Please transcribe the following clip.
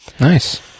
Nice